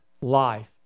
life